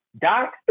Doc